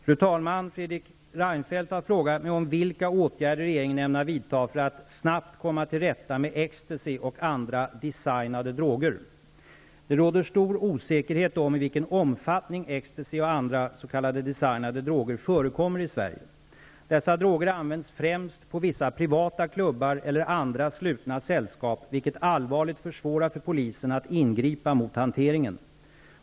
Fru talman! Fredrik Reinfeldt har frågat mig vilka åtgärder regeringen ämnar vidta för att snabbt komma tillrätta med ecstacy och andra designade droger. Det råder stor osäkerhet om i vilken omfattning ecstacy och andra s.k. designade droger förekommer i Sverige. Dessa droger används främst på vissa privata klubbar eller i andra slutna sällskap, vilket allvarligt försvårar för polisen att ingripa mot hanteringen.